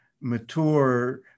mature